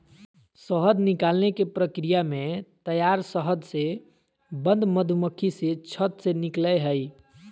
शहद निकालने के प्रक्रिया में तैयार शहद से बंद मधुमक्खी से छत्त से निकलैय हइ